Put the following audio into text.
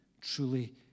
truly